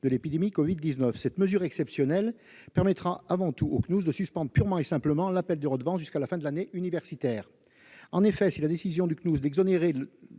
de l'épidémie de Covid-19. Cette mesure exceptionnelle permettrait avant tout au Cnous de suspendre purement et simplement l'appel des redevances jusqu'à la fin de l'année universitaire. En effet, si la décision du Cnous d'exonérer